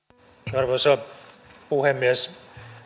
arvoisa puhemies